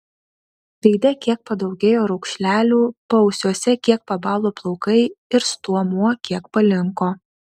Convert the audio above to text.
veide kiek padaugėjo raukšlelių paausiuose kiek pabalo plaukai ir stuomuo kiek palinko